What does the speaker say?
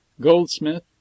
goldsmith